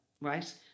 right